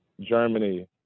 Germany